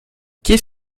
qu’est